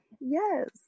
yes